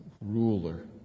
ruler